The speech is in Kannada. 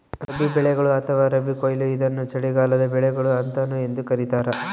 ರಬಿ ಬೆಳೆಗಳು ಅಥವಾ ರಬಿ ಕೊಯ್ಲು ಇದನ್ನು ಚಳಿಗಾಲದ ಬೆಳೆಗಳು ಅಂತಾನೂ ಎಂದೂ ಕರೀತಾರ